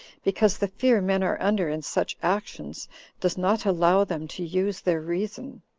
because the fear men are under in such actions does not allow them to use their reason.